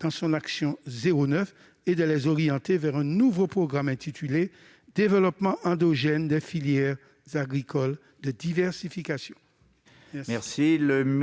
dans son action n° 09, et de les orienter vers un nouveau programme intitulé « Développement endogène des filières agricoles de diversification ». L'amendement